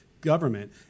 government